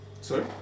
sorry